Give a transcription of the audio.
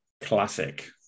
Classic